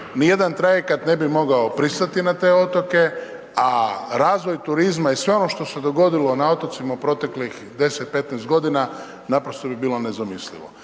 ni jedan trajekt ne bi mogao pristati na te otoke, a razvoj turizma i sve ono što se dogodilo na otocima u proteklih 10, 15 godina naprosto bi bilo nezamislivo.